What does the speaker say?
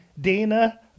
Dana